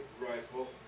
rifle